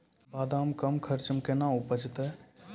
बादाम कम खर्च मे कैना उपजते?